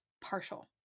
partial